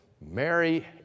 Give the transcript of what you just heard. Mary